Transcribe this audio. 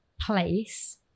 place